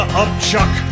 upchuck